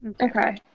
okay